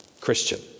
Christian